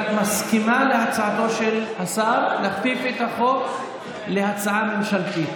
את מסכימה להצעתו של השר להכפיף את החוק להצעה ממשלתית?